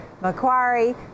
Macquarie